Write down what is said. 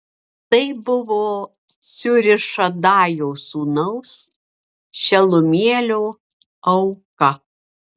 tai buvo cūrišadajo sūnaus šelumielio auka